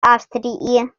австрии